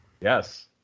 Yes